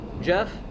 Jeff